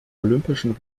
olympischen